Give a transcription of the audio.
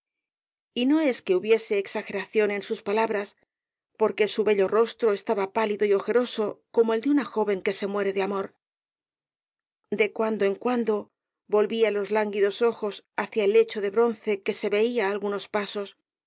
y no es que hubiese exageración en sus palabras porque su bello rostro estaba pálido y ojeroso como el de una joven que se muere de amor de rosalía d e castro cuando en cuando volvía los lánguidos ojos hacia el lecho de bronce que se veía á algunos pasos